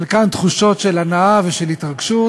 חלקן תחושות של הנאה ושל התרגשות,